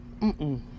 Mm-mm